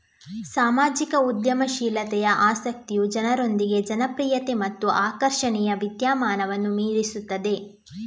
ಸಾಮಾಜಿಕ ಉದ್ಯಮಶೀಲತೆಯ ಆಸಕ್ತಿಯು ಜನರೊಂದಿಗೆ ಜನಪ್ರಿಯತೆ ಮತ್ತು ಆಕರ್ಷಣೆಯ ವಿದ್ಯಮಾನವನ್ನು ಮೀರಿಸುತ್ತದೆ